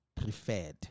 Preferred